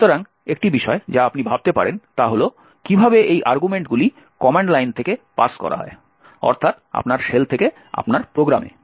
সুতরাং একটি বিষয় যা আপনি ভাবতে পারেন তা হল কিভাবে এই আর্গুমেন্টগুলি কমান্ড লাইন থেকে পাস করা হয় অর্থাৎ আপনার শেল থেকে আপনার প্রোগ্রামে